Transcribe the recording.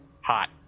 Hot